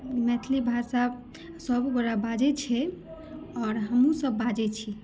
मैथिली भाषा सभगोटए बाजैत छै आओर हमहूँसभ बाजैत छी